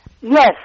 Yes